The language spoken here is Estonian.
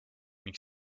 ning